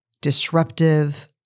disruptive